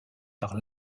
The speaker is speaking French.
par